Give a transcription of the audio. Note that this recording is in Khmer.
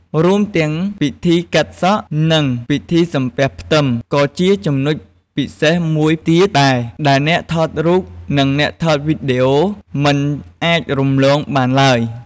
រួមទាំងពិធីកាត់សក់ និងពិធីសំពះផ្ទឹមក៏ជាចំណុចពិសេសមួយទៀតដែរ ដែលអ្នកថតរូបនិងអ្នកថតវីដេអូមិនអាចរំលងបានឡើយ។